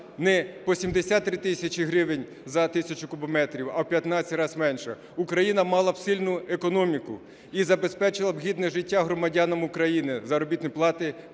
не по 73 тисячі гривень за тисячу кубометрів, а в 15 разів менше, Україна мала б сильну економіку і забезпечила б гідне життя громадянам України, заробітні плати,